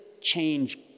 change